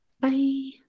Bye